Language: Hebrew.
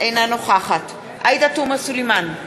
אינה נוכחת עאידה תומא סלימאן,